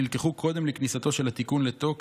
מה שנלקח קודם לכניסתו של התיקון לתוקף,